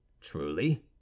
truly